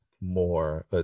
more